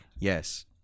Yes